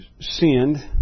sinned